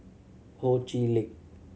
Ho Chee Lick